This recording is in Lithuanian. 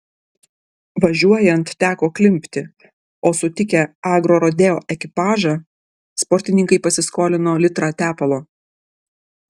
važiuojant teko klimpti o sutikę agrorodeo ekipažą sportininkai pasiskolino litrą tepalo